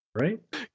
Right